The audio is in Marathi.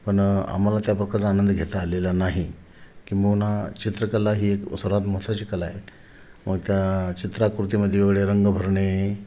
पण आम्हाला त्या प्रकाराचा आनंद घेता आलेला नाही किंबहूना चित्रकला ही एक सर्वात महत्त्वाची कला आहे मग त्या चित्राकृतीमध्ये वेगवेगळे रंग भरणे